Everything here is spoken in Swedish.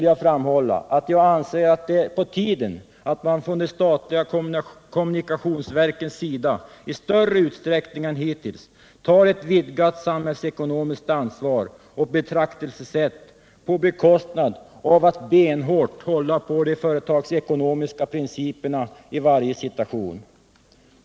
Jag anser att det är på tiden att man från de statliga kommunikationsverkens sida i större utsträckning än hitintills tar ett vidgat samhällsekonomiskt ansvar och betraktelsesätt på bekostnad av att benhårt hålla fast vid de företagsekonomiska principerna i varje situation.